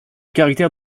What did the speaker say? caractère